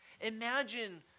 Imagine